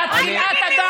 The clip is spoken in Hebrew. את חלאת אדם.